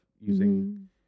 using